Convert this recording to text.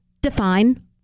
define